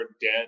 debt